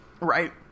Right